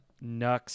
Nux